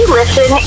listen